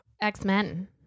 X-Men